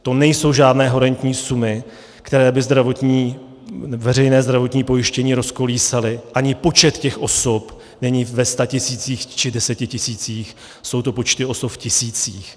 To nejsou žádné horentní sumy, které by veřejné zdravotní pojištění rozkolísaly, ani počet těch osob není ve statisících či desetitisících, jsou to počty osob v tisících.